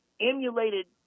emulated